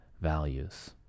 values